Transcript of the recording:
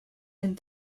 and